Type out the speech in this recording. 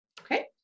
Okay